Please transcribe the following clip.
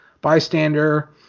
bystander